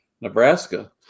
Nebraska